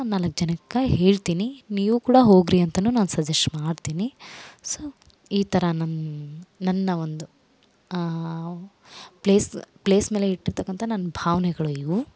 one ನಾಲ್ಕು ಜನಕ್ಕೆ ಹೇಳ್ತಿನಿ ನೀವು ಕೂಡ ಹೋಗ್ರಿ ಅಂತ ನಾನು ಸಜೇಶ್ ಮಾಡ್ತಿನಿ ಸೊ ಈ ಥರ ನನ್ನ ನನ್ನ ಒಂದು ಪ್ಲೇಸ್ ಪ್ಲೇಸ್ ಮೇಲೆ ಇಟ್ಟಿರ್ತಕ್ಕಂಥ ನನ್ನ ಭಾವನೆಗಳು ಇವು